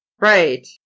Right